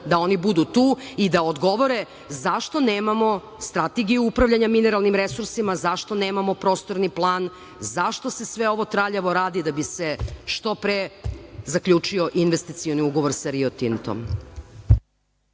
da oni budu tu i da odgovore zašto nemamo strategiju upravljanja mineralnim resursima, zašto nemamo prostorni plan, zašto se sve ovo traljavo radi, da bi se što pre zaključio investicioni ugovor sa Rio Tintom?